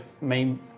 main